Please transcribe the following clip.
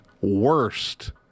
worst